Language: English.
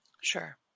Sure